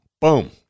Boom